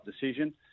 decision